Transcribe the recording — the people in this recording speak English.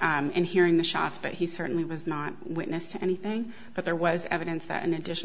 and hearing the shots but he certainly was not witness to anything but there was evidence that in addition